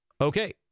Okay